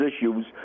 issues